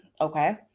okay